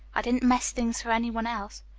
i didn't mess things for any one else.